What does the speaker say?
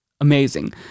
Amazing